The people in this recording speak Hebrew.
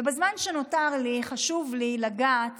ובזמן שנותר לי, חשוב לי לגעת